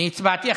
אני הצבעתי.